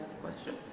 question